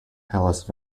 alice